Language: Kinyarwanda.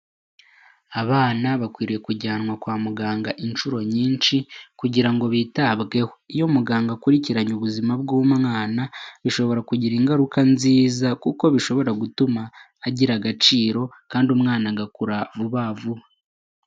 Abana bakwiriye kujyanwa kwa muganga inshuro nyinshi kugirang bitabwe; iyo muganga akurikiranye ubuzima bw'umwana bishobra kugira ingaruka nziza kuko bishobora gutuma gaira agaciro kandi umwana agakura vuba vuba.